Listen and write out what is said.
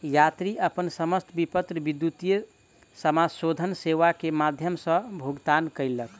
यात्री अपन समस्त विपत्र विद्युतीय समाशोधन सेवा के माध्यम सॅ भुगतान कयलक